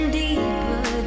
deeper